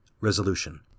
Resolution